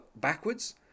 backwards